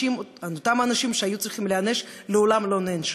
אותם אנשים שהיו צריכים להיענש מעולם לא נענשו.